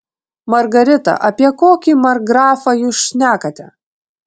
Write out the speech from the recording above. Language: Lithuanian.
margarita apie kokį markgrafą jūs šnekate